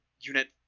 unit